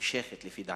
נמשכת לפי דעתי.